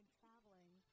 traveling